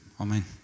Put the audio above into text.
amen